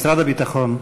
משרד הביטחון,